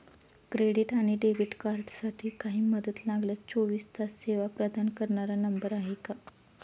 Credit आणि debit कार्डसाठी काही मदत लागल्यास चोवीस तास सेवा प्रदान करणारा नंबर आहे का?